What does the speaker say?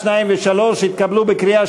נתקבלו.